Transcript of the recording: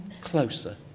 closer